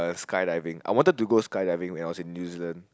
skydiving I wanted to go skydiving when I was in New-Zealand